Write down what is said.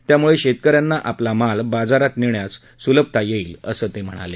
यामुळे शेतक यांना आपला माल बाजारात नेण्यास सुलभता येईल असंही ते म्हणाले